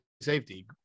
safety